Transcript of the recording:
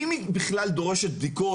אם היא בכלל דורשת בדיקות,